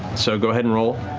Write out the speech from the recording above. so go ahead and roll.